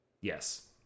Yes